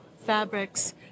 fabrics